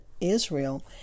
Israel